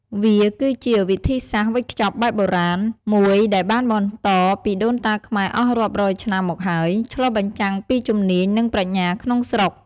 វាគឺជា វិធីសាស្ត្រវេចខ្ចប់បែបបុរាណ មួយដែលបានបន្តពីដូនតាខ្មែរអស់រាប់រយឆ្នាំមកហើយ ឆ្លុះបញ្ចាំងពីជំនាញ និងប្រាជ្ញាក្នុងស្រុក។